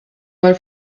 mal